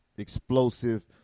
explosive